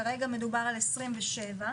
כרגע מדובר על 27,